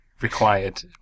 required